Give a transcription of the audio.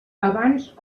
abans